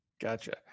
Gotcha